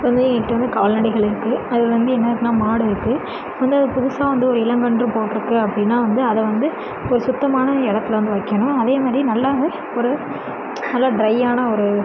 இப்போ வந்து என்கிட்ட வந்து கால்நடைகள் இருக்குது அதில் வந்து என்ன இருக்குன்னால் மாடு இருக்குது இப்போ வந்து அது புதுசாக வந்து ஒரு இளங்கன்று போட்டிருக்கு அப்படின்னா வந்து அதை வந்து இப்போ ஒரு சுத்தமான இடத்துல வந்து வைக்கணும் அதே மாதிரி நல்லா வந்து ஒரு நல்லா ட்ரையான ஒரு